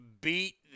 beat